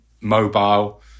mobile